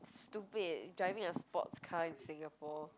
stupid driving a sports car in Singapore